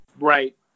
Right